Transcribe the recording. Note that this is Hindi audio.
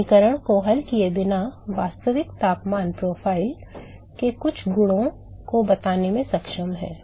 समीकरण को हल किए बिना वास्तविक तापमान प्रोफ़ाइल के कुछ गुणों को बताने में सक्षम हैं